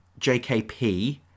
JKP